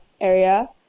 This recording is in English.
area